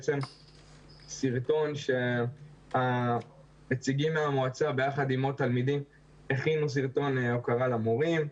סרטון שנציגים מהמועצה ביחד עם עוד תלמידים הכינו כהוקרה למורים,